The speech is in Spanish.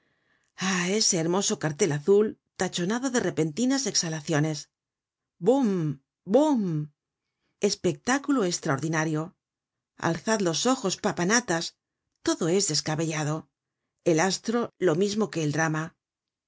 ah ese hermoso cartel azul tachonado de repentinas exhalaciones bom bom espectáculo estraordinario alzad los ojos papanatas todo es descabellado el astro lo mismo que el drama